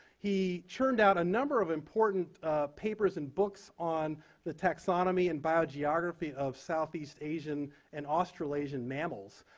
he churned out a number of important papers and books on the taxonomy and biogeography of southeast asian and australasian mammals.